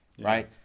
right